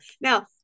Now